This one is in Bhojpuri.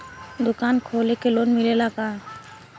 दुकान खोले के लोन मिलेला का?